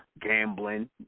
gambling